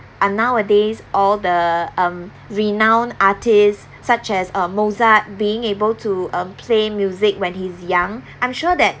are nowadays all the um renowned artists such as uh mozart being able to um play music when he's young I'm sure that